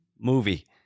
movie